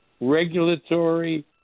regulatory